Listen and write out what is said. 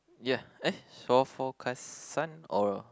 ya eh shore for Kasan or